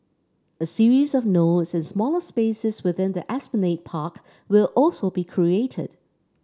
a series of nodes and smaller spaces within the Esplanade Park will also be created